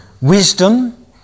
wisdom